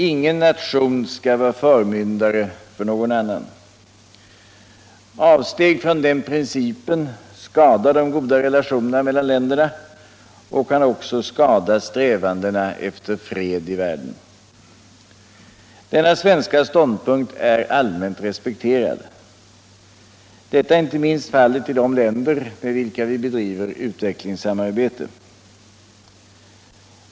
Ingen nation skall vara förmyndare för någon annan. Avsteg från den principen skadar de goda relationerna mellan länderna och kan också skada strävandena efter fred i världen. Denna svenska ståndpunkt är allmänt respekterad. Detta är inte minst fallet i de länder med vilka vi bedriver utvecklingssamarbete.